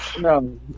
No